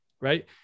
Right